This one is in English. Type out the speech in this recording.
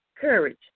courage